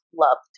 loved